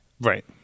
Right